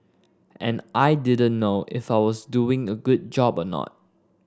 and I didn't know if I was doing a good job or not